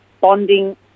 bonding